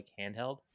handheld